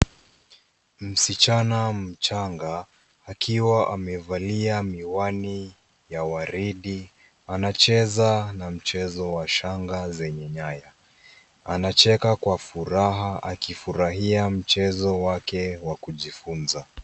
Msichana mchanga akiwa amevalia miwani ya waridi anacheza na mchezo wa shanga zenye nyaya. Anacheka kwa furaha akifurahia mchezo wake wa kujifunza.